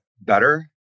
better